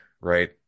right